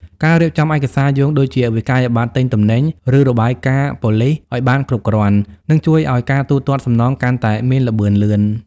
ការរៀបចំ ឯកសារយោង ដូចជាវិក្កយបត្រទិញទំនិញ ឬរបាយការណ៍ប៉ូលីសឱ្យបានគ្រប់គ្រាន់ នឹងជួយឱ្យការទូទាត់សំណងកាន់តែមានល្បឿនលឿន។